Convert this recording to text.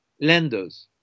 Lenders